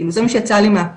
כאילו זה מה שיצא לי מהפה.